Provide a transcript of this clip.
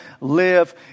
live